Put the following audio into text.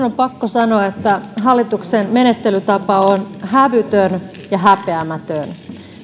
on pakko sanoa että hallituksen menettelytapa on hävytön ja häpeämätön